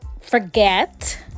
forget